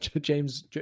James